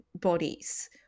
bodies